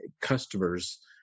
customers